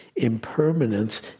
impermanence